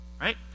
Right